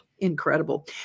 incredible